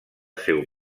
seu